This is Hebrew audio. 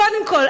קודם כול,